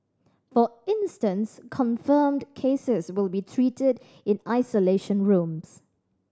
for instance confirmed cases will be treated in isolation rooms